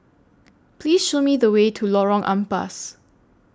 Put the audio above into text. Please Show Me The Way to Lorong Ampas